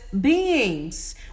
beings